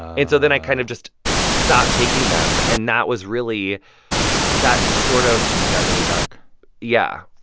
and so then i kind of just stopped taking them. and that was really that sort of. when it got really dark yeah